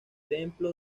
templo